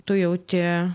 tu jauti